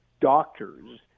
doctors